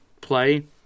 play